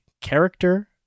character